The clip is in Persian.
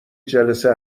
جلسه